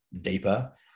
deeper